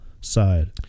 side